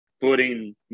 putting